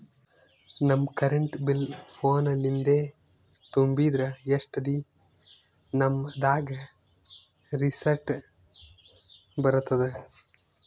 ನಮ್ current bill ಫೋನ ಲಿಂದೇ ತುಂಬಿದ್ರ, ಎಷ್ಟ ದಿ ನಮ್ ದಾಗ ರಿಸಿಟ ಬರತದ?